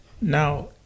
Now